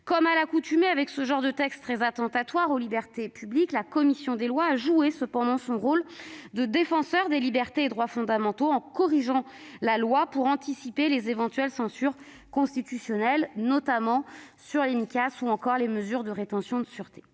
Comme à l'accoutumée pour ce type de texte très attentatoire aux libertés publiques, la commission des lois a toutefois joué son rôle de défenseur des libertés et droits fondamentaux en corrigeant le projet de loi pour anticiper les éventuelles censures constitutionnelles, s'agissant notamment des Micas, ou encore des mesures de rétention de sûreté.